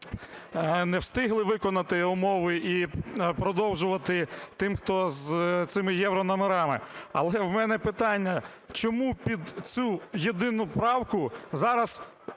не встигли виконати умови, і продовжувати тим, хто з цими єврономерами. Але в мене питання, чому під цю єдину правку зараз,